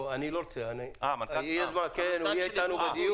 הוא יהיה איתנו בדיון.